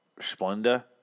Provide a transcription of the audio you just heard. Splenda